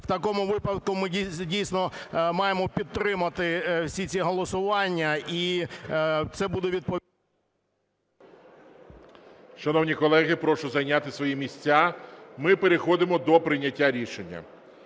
в такому випадку ми дійсно маємо підтримати всі ці голосування, і це буде... ГОЛОВУЮЧИЙ. Шановні колеги, прошу зайняти свої місця, ми переходимо до прийняття рішення.